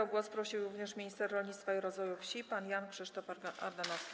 O głos prosił również minister rolnictwa i rozwoju wsi pan Jan Krzysztof Ardanowski.